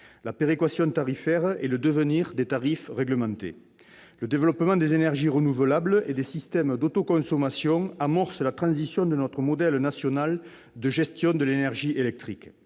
la péréquation tarifaire et le devenir des tarifs réglementés. Le développement des énergies renouvelables et des systèmes d'autoconsommation amorce la transition de notre modèle national de gestion de l'énergie électrique.